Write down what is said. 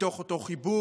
מתוך אותו חיבור.